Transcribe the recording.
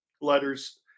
letters